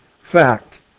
fact